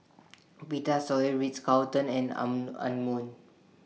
Vitasoy Ritz Carlton and An Anmum